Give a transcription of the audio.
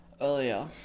earlier